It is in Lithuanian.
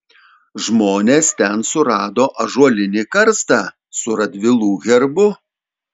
žmonės ten surado ąžuolinį karstą su radvilų herbu